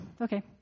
Okay